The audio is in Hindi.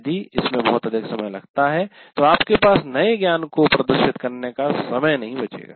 यदि इसमें बहुत अधिक समय लगता है तो आपके पास नए ज्ञान को प्रदर्शित करने का समय नहीं है